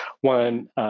One